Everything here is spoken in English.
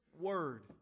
word